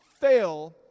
fail